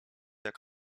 jak